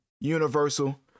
universal